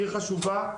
עיר חשובה,